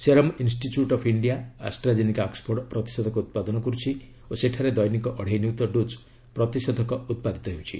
serum institute of India AstraZeneca Oxford ପ୍ରତିଷେଧକ ଉତ୍ପାଦନ କରୁଛି ଓ ସେଠାରେ ଦୈନିକ ଅଢ଼େଇ ନିୟୁତ ଡୋକ୍ ପ୍ରତିଷେଧକ ଉତ୍ପାଦିତ ହେଉଛି